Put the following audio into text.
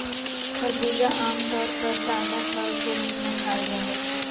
खरबूजा आम तौर पर ताजा फल के रूप में खाल जा हइ